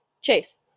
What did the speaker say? Chase